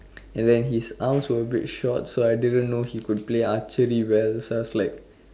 and then his arms were a bit short so I didn't know he could play archery well so I was like